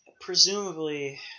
Presumably